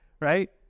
right